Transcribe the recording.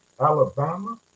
Alabama